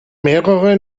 mehrere